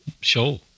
show